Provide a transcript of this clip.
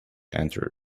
entered